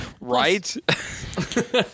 Right